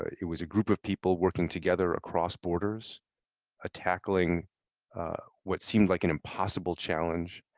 it was a group of people working together across borders ah tackling what seemed like an impossible challenge,